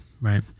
right